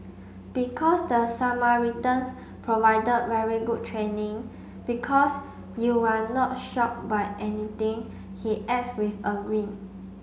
because the Samaritans provided very good training because you're not shocked by anything he adds with a grin